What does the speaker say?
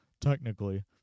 Technically